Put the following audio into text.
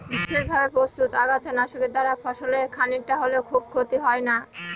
বিশেষভাবে প্রস্তুত আগাছা নাশকের দ্বারা ফসলের খানিকটা হলেও খুব ক্ষতি হয় না